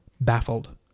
baffled